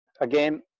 again